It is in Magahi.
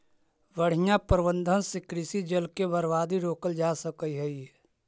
बढ़ियां प्रबंधन से कृषि जल के बर्बादी रोकल जा सकऽ हई